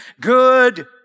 good